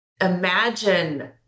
Imagine